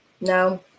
No